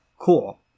Cool